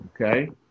okay